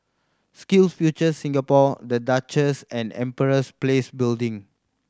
SkillsFuture Singapore The Duchess and Empress Place Building